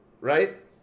right